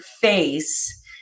face